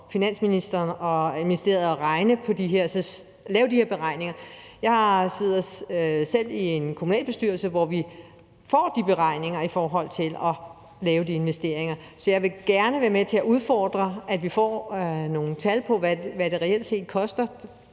Finansministeriet at lave de her beregninger. Jeg sidder selv i en kommunalbestyrelse, hvor vi får de beregninger i forbindelse med at foretage investeringer. Så jeg vil gerne være med til at udfordre, at vi får nogle tal på, hvad det reelt set koster